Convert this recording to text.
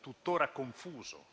tuttora confuso,